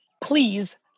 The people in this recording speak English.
Please